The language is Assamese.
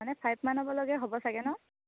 মানে ফাইভমানলৈকে হ'ব চাগৈ ন